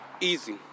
Easy